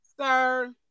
sir